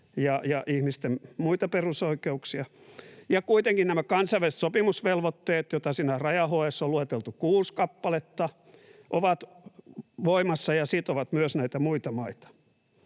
ja ihmisten muita perusoikeuksia, ja kuitenkin nämä kansainväliset sopimusvelvoitteet, joita siinä raja-HE:ssä on lueteltu kuusi kappaletta, ovat voimassa ja sitovat myös näitä muita maita.